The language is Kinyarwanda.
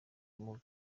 ubumuga